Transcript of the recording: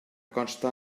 consta